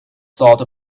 thought